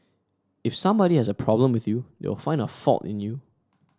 if somebody has a problem with you they will find a fault in you